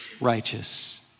righteous